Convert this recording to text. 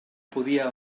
podia